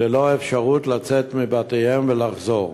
ללא אפשרות לצאת מבתיהם ולחזור.